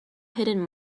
hidden